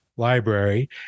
library